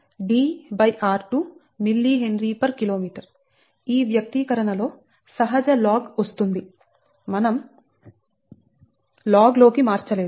4605 logDr2 mHkm ఈ వ్యక్తీకరణలో సహజ లాగ్ వస్తుంది మనం లాగ్ లోకి మార్చ లేదు